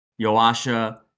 Yoasha